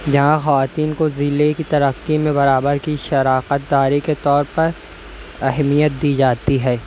جہاں خواتین کو ضلعے کی ترقی میں برابر کی شراکت داری کے طور پر اہمیت دی جاتی ہے